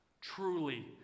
Truly